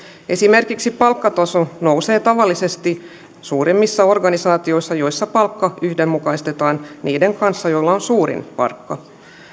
esimerkiksi palkkataso nousee tavallisesti suurimmissa organisaatioissa joissa palkka yhdenmukaistetaan niiden kanssa joilla on suurin palkka